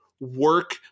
work